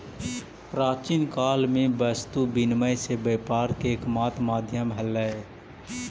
प्राचीन काल में वस्तु विनिमय से व्यापार के एकमात्र माध्यम हलइ